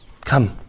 Come